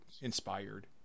inspired